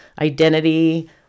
identity